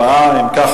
4. אם כך,